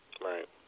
Right